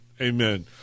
amen